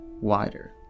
wider